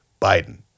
Biden